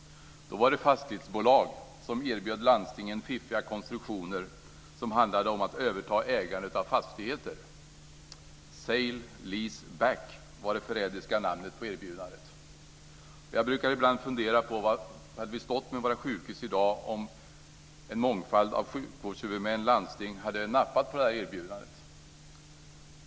Då var det fastighetsbolag som erbjöd landstingen fiffiga konstruktioner som handlade om att överta ägandet av fastigheter. Sale-lease back var det förrädiska namnet på erbjudandet. Jag brukar ibland fundera på var vi hade stått med våra sjukhus i dag om en mångfald av sjukvårdshuvudmän, landsting, hade nappat på det erbjudandet.